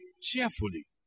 cheerfully